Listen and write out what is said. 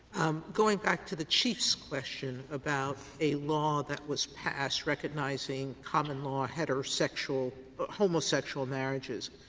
going back to the chief's question about a law that was passed recognizing common law heterosexual homosexual marriages.